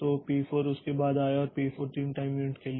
तो पी4 उसके बाद आया और पी4 3 टाइम यूनिट के लिए